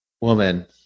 woman